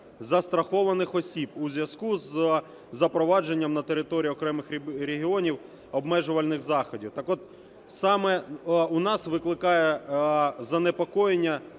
застрахованих осіб, у зв'язку з запровадженням на території окремих регіонів обмежувальних заходів. Так от, саме у нас викликає занепокоєння